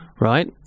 right